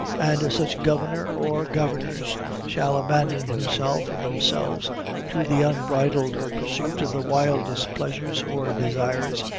and such governor or governors shall abandon himself or themselves to the unbridled pursuit of the wildest pleasures or desires,